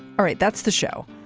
all right. that's the show.